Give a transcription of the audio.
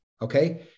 Okay